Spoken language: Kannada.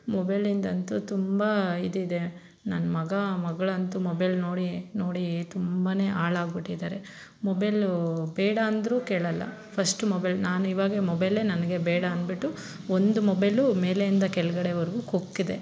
ಮೊಬೈಲಿಂದಂತೂ ತುಂಬ ಇದಿದೆ ನನ್ನ ಮಗ ಮಗಳಂತೂ ಮೊಬೈಲ್ ನೋಡಿ ನೋಡಿ ತುಂಬಾ ಹಾಳಾಗ್ಬಿಟ್ಟಿದರೆ ಮೊಬೈಲ್ ಬೇಡ ಅಂದರು ಕೇಳಲ್ಲ ಫಸ್ಟು ಮೊಬೈಲ್ ನಾನೀವಾಗ ಮೊಬೈಲೆ ನನಗೆ ಬೇಡ ಅಂದ್ಬಿಟ್ಟು ಒಂದು ಮೊಬೈಲ್ ಮೇಲೆಯಿಂದ ಕೆಳಗಡೆವರ್ಗೂ ಕುಕ್ಕಿದೆ